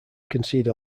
concede